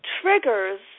triggers